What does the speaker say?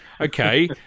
Okay